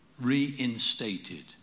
reinstated